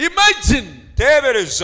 Imagine